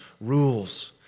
rules